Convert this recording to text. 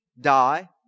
die